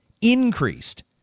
increased